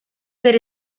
per